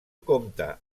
compta